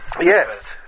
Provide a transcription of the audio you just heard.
Yes